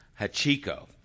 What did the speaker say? Hachiko